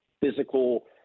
physical